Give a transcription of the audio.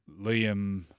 Liam